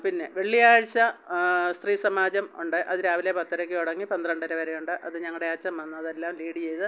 പിന്നെ വെള്ളിയാഴ്ച സ്ത്രീസമാജം ഉണ്ട് അത് രാവിലെ പത്തരയ്ക്ക് തുടങ്ങി പന്ത്രണ്ടര വരെ ഉണ്ട് അത് ഞങ്ങളുടെ അച്ഛൻ വന്നതെല്ലാം ലീഡ് ചെയ്ത്